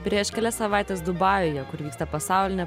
prieš kelias savaites dubajuje kur vyksta pasaulinė